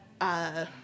uh-